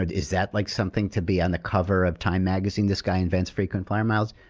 but is that like something to be on the cover of time magazine, this guy invents frequent flyer miles?